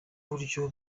buryo